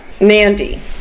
Nandi